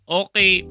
okay